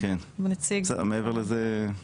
מעבר לזה,